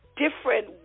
different